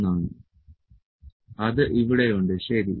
00 ആണ് അത് ഇവിടെയുണ്ട് ശരി